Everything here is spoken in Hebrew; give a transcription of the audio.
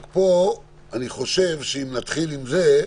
רק שפה אני חושב שאם נתחיל עם זה,